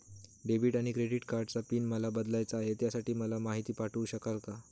Debit आणि credit कार्डचा PIN मला बदलायचा आहे, त्यासाठी मला माहिती पाठवू शकाल का?